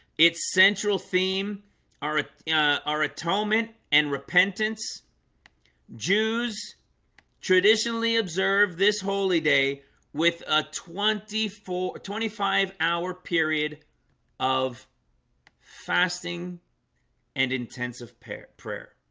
its central theme our ah our atonement and repentance jews traditionally observe this holy day with a twenty four twenty five hour period of fasting and intensive prayer prayer